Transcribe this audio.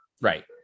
right